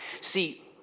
See